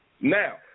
Now